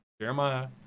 Jeremiah